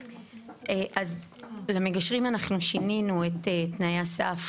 אז, למגשרים אנחנו שינינו את תנאי הסף